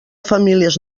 famílies